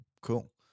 Cool